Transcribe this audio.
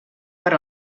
per